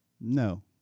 No